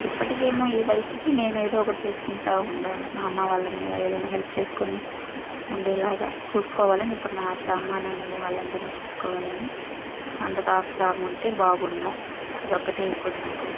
ఇప్పటికేమో ఈ వయసుకి నేనే ఏదో ఒకటి చేసుకుంటా ఉండాను అమ్మ వాళ్ళ మీద ఏదైనా హెల్ప్ చేసుకుని ఉండేలాగా చూసుకోవాలని ఇప్పుడు నా ఆశ అమ్మా నాన్నలని వాళ్ళందరిని చూసుకోవాలని అందుకు ఆస్కారం ఉంటే బాగున్ను అదొక్కటే ఇప్పుడు నాకు